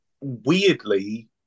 weirdly